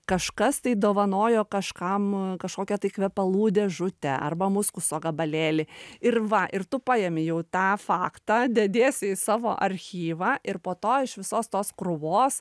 kažkas tai dovanojo kažkam kažkokią tai kvepalų dėžutę arba muskuso gabalėlį ir va ir tu paimi jau tą faktą dediesi į savo archyvą ir po to iš visos tos krūvos